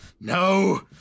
No